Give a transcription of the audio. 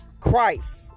Christ